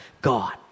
God